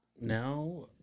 now